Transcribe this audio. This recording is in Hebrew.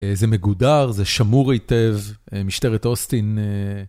זה מגודר, זה שמור היטב, משטרת אוסטין.